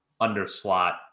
under-slot